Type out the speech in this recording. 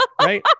Right